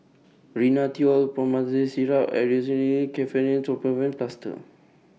Rhinathiol Promethazine Syrup Aerius Ketoprofen Plaster